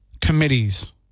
committees